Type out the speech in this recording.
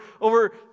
over